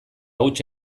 huts